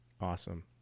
Awesome